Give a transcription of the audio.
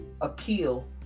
appeal